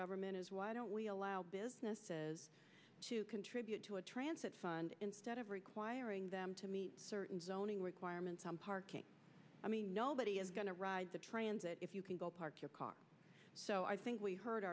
government is why don't we allow businesses to contribute to a transit fund instead of requiring them to meet certain zoning requirements on parking i mean nobody is going to ride the transit if you can go park your car so i think we hurt